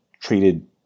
treated